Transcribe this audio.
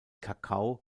kakao